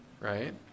right